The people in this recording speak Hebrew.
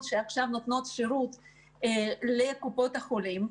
שעכשיו נותנות שירות לקופות החולים,